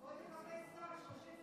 בואו נחפש שר.